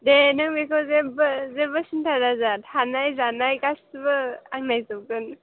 दे नों बेखौ जेब्बो जेबो सिन्था दाजा थानाय जानाय गासिबो आं नायजोबगोन